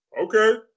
Okay